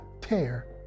tear